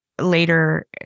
later